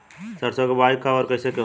सरसो के बोआई कब और कैसे होला?